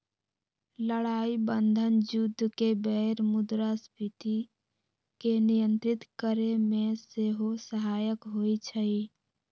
लड़ाइ बन्धन जुद्ध के बेर मुद्रास्फीति के नियंत्रित करेमे सेहो सहायक होइ छइ